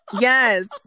Yes